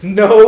no